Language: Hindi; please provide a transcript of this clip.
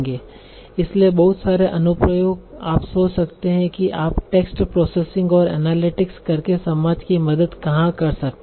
इसलिए बहुत सारे अनुप्रयोग आप सोच सकते हैं कि आप टेक्स्ट प्रोसेसिंग और एनालिटिक्स करके समाज की मदद कहाँ कर सकते हैं